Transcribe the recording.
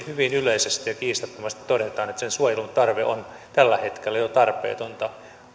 koska hyvin yleisesti ja kiistattomasti todetaan että sen suojelu on tällä hetkellä jo tarpeetonta